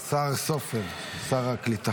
השר סופר, שר הקליטה.